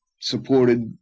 supported